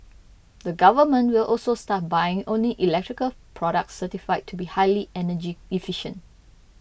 the government will also start buying only electrical products certified to be highly energy efficient